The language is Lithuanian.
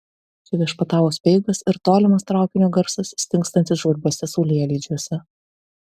čia viešpatavo speigas ir tolimas traukinio garsas stingstantis žvarbiuose saulėlydžiuose